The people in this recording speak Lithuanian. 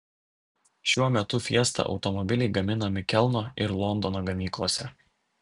šiuo metu fiesta automobiliai gaminami kelno ir londono gamyklose